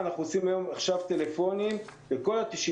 אנחנו עושים עכשיו שוב טלפונים לכל ה-98.